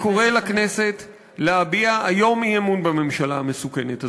אני קורא לכנסת להביע היום אי-אמון בממשלה המסוכנת הזאת.